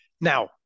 Now